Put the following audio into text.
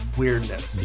weirdness